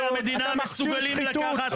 אתה מכשיר שחיתות.